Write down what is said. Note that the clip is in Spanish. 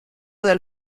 del